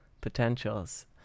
potentials